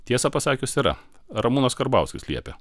tiesą pasakius yra ramūnas karbauskis liepė